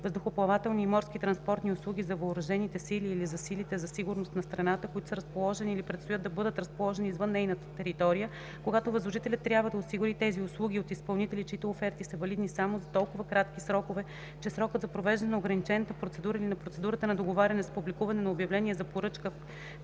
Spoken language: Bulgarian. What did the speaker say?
въздухоплавателни и морски транспортни услуги за въоръжените сили или за силите за сигурност на страната, които са разположени или предстои да бъдат разположени извън нейната територия, когато възложителят трябва да осигури тези услуги от изпълнители, чиито оферти са валидни само за толкова кратки срокове, че срокът за провеждане на ограничената процедура или на процедурата на договаряне с публикуване на обявление за поръчка,